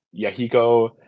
Yahiko